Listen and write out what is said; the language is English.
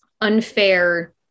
unfair